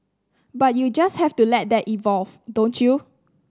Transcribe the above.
but you just have to let that evolve don't you